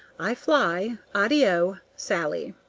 i fly. addio! sallie.